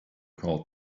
called